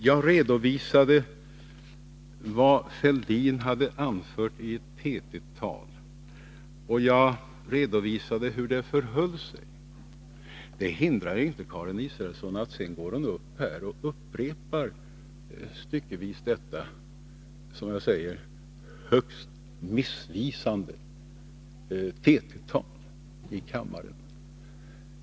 Jag redovisade vad Thorbjörn Fälldin hade anfört i ett TT-tal, och jag redovisade hur det verkligen förhöll sig. Det hindrade inte Karin Israelsson från att gå upp här och i kammaren styckevis upprepa detta, som jag visat, högst missvisande TT-tal.